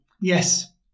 Yes